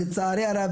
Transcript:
לצערי הרב,